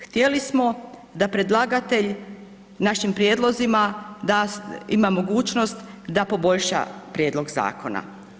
Htjeli smo da predlagatelj našim prijedlozima da, ima mogućnost da poboljša prijedlog zakona.